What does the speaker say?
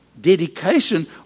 dedication